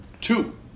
Two